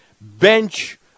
bench